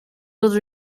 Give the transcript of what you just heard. other